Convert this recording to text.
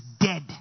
dead